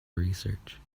research